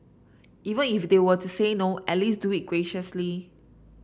even if they were to say no at least do it graciously